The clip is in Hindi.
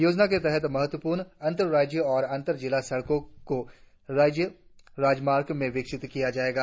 योजना के तहत महत्वपूर्ण अंतर राज्य और अंतर जिला सड़कों को राज्य राजमार्गों में विकसित किया जायेगा